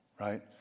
right